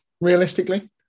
Realistically